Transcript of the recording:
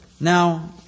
Now